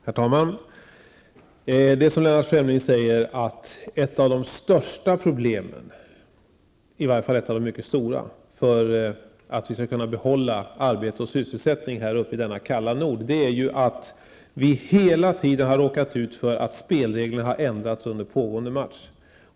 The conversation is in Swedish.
Herr talman! Det är som Lennart Fremling säger, nämligen att ett av de största problemen, i varje fall ett av de mycket stora, att vi skall kunna behålla arbete och sysselsättning här uppe i denna kalla nord är att vi när det gäller, hela tiden har råkat ut för att spelreglerna har ändrats under pågående match.